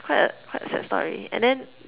it's quite a quite a sad story and then